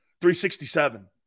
367